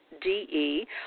D-E